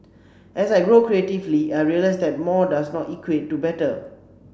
as I grow creatively I realise that more does not equate to better